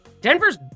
denver's